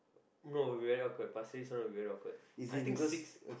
no very awkward pasir-ris one will be very awkward I think very six